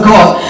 God